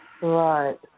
Right